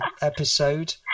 episode